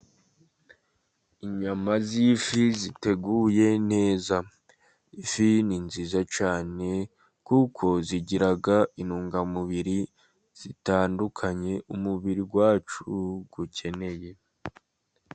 Inyama z'ifi ziteguye neza . Ifi ni nziza cyane kuko zigira intungamubiri zitandukanye, umubiri wacu ukeneye.